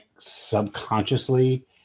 subconsciously